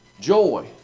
Joy